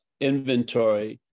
inventory